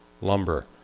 lumber